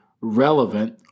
Relevant